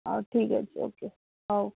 ହଉ ଠିକ୍ ଅଛି ଓକେ ହଉ